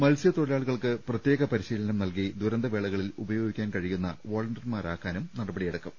മത്സ്യത്തൊഴിലാളികൾക്ക് പ്രത്യേക പരിശീലനം നൽകി ദുരന്തവേളകളിൽ ഉപയോഗിക്കാൻ കഴിയുന്ന വോളന്റി യർമാരാക്കാനും നടപടിയെടുക്കും